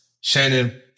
Shannon